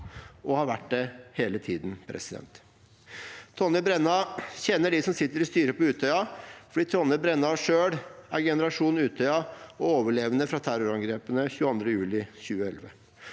og har vært det hele tiden. Tonje Brenna kjenner dem som sitter i styret på Utøya fordi Tonje Brenna selv er generasjon Utøya og overlevende fra terrorangrepene 22. juli 2011.